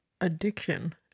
addiction